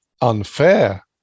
unfair